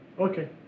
Okay